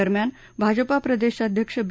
दरम्यान भाजपा प्रदेशाध्यक्ष बी